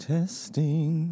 Testing